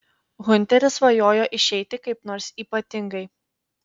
hunteris svajojo išeiti kaip nors ypatingai